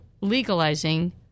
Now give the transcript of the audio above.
legalizing